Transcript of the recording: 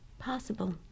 possible